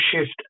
shift